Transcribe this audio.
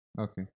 Okay